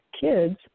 kids